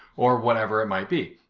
or whatever it might be.